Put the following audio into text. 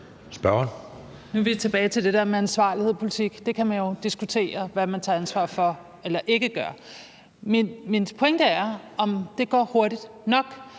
(ALT): Nu er vi tilbage til det med ansvarlighed i politik. Man kan jo diskutere, hvad man tager ansvar for eller ikke gør. Min pointe er: Går det hurtigt nok?